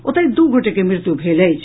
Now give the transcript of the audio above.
ओतहि दू गोटे के मृत्यु भेल अछि